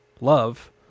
love